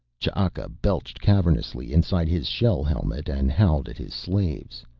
ch'aka belched cavernously inside his shell-helmet and howled at his slaves.